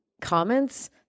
comments